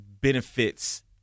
benefits